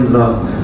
love